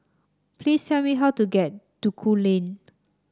please tell me how to get Duku Lane